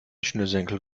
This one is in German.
schnürsenkel